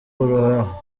ururabo